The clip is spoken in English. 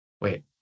Wait